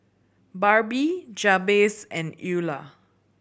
Barbie Jabez and Eulah